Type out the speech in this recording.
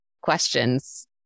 questions